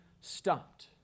stopped